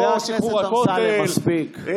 חבר הכנסת אמסלם, מספיק.